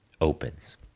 opens